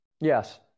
Yes